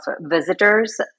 visitors